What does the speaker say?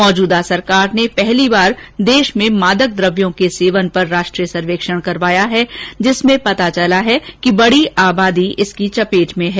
मौजूदा सरकार ने पहली बार देश में मादक द्रव्यों के सेवन पर राष्ट्रीय सर्वेक्षण कराया है जिसमें पता चला है कि बडी आबादी इसकी चपेट में हैं